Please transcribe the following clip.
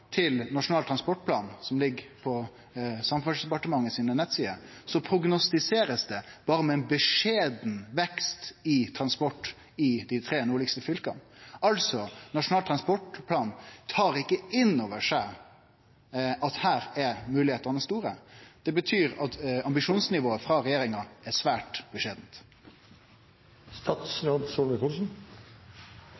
til Nasjonal transportplan som ligg på nettsidene til Samferdselsdepartementet, blir det prognostisert med berre ein beskjeden vekst i transport i dei tre nordlegaste fylka. Altså Nasjonal transportplan tar ikkje inn over seg at her er moglegheitene store. Det betyr at ambisjonsnivået til regjeringa er svært